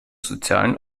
sozialen